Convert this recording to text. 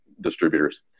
distributors